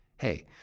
Hey